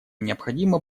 необходимо